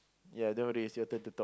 ya nowadays your turn to talk